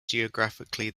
geographically